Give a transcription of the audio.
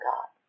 God